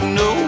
no